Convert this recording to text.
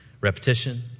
repetition